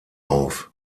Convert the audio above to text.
auf